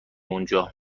اونجا